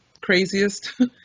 craziest